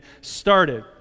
started